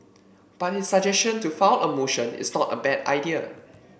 but his suggestion to file a motion is not a bad idea